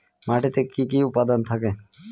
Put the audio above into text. মাটিতে কি কি উপাদান থাকে?